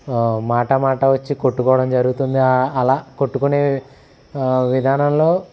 మాట మాట వచ్చి కొట్టుకోవడం జరుగుతుంది ఆ అలా కొట్టుకునే విధానంలో